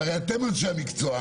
ואתם הרי אנשי המקצוע.